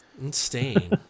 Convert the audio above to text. Insane